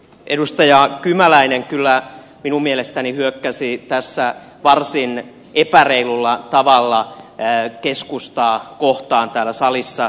edustaja kymäläinen kyllä minun mielestäni hyökkäsi varsin epäreilulla tavalla keskustaa kohtaan täällä salissa